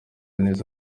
neza